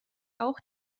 auch